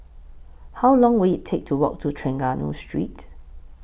How Long Will IT Take to Walk to Trengganu Street